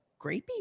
grapey